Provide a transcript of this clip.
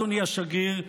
אדוני השגריר,